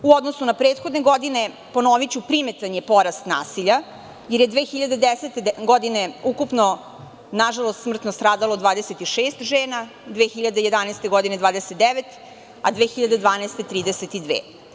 U odnosu na prethodne godine, ponoviću, primetan je porast nasilja, jer je 2010. godine ukupno smrtno stradalo 26 žena, 2011. godine 29 žena, a 2012. godine 32 žene.